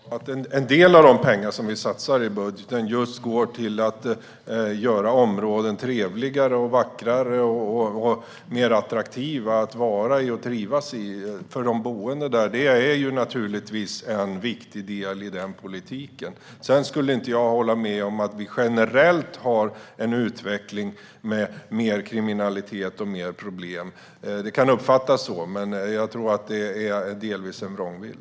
Herr talman! Att en del av de pengar som vi satsar i budgeten går till att göra områden trevligare, vackrare och mer attraktiva att vara och trivas i för de boende är naturligtvis en viktig del i den politiken. Sedan håller inte jag med om att vi generellt har en utveckling mot mer kriminalitet och fler problem. Det kan uppfattas så, men jag tror att det delvis är en vrångbild.